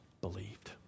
believed